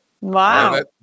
Wow